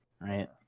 right